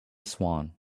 swan